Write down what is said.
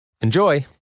Enjoy